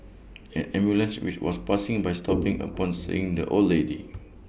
an ambulance which was passing by stopped upon seeing the old lady